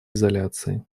изоляции